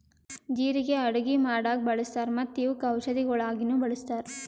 ಜೀರಿಗೆ ಅಡುಗಿ ಮಾಡಾಗ್ ಬಳ್ಸತಾರ್ ಮತ್ತ ಇವುಕ್ ಔಷದಿಗೊಳಾಗಿನು ಬಳಸ್ತಾರ್